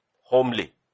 Homely